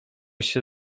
się